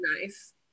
nice